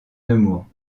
nemours